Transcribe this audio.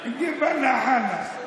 ( לדאוג לעצמנו.).